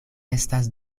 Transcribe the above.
estas